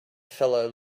fellow